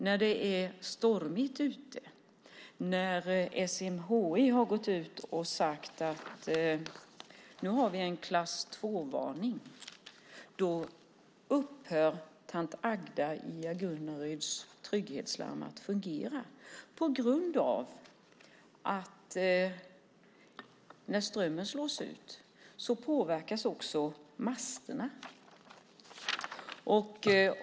När det är stormigt ute och när SMHI har gått ut med en klass 2-varning upphör tant Agdas trygghetslarm i Agunnaryd att fungera på grund av att också masterna påverkas när strömmen slås ut.